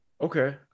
Okay